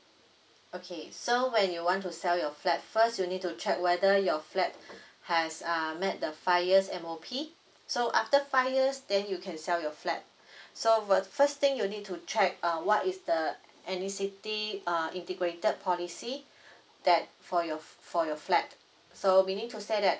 okay so when you want to sell your flat first you need to check whether your flat has um met the five years M_O_P so after five years then you can sell your flat so wh~ the first thing you need to check uh what is the any city uh integrated policy that for your for your flat so we need to say that